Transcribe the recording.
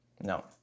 No